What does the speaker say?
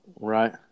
Right